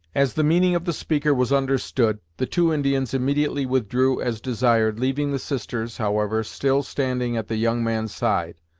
as the meaning of the speaker was understood, the two indians immediately withdrew as desired, leaving the sisters, however, still standing at the young man's side.